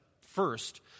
first